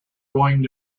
going